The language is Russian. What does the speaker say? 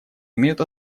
имеют